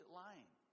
lying